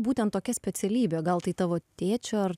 būtent tokia specialybė gal tai tavo tėčio ar